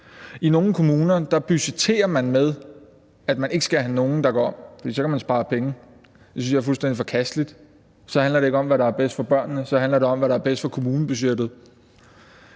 I nogle kommuner budgetterer man med, at man ikke skal have nogen, der går om, fordi man så kan spare penge. Det synes jeg er fuldstændig forkasteligt. Så handler det ikke om, hvad der er bedst for børnene; så handler det om, hvad der er bedst for kommunebudgettet.